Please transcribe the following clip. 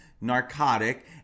narcotic